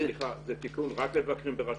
הצעת החוק היא רק לגבי המבקרים ברשויות?